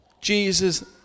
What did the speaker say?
Jesus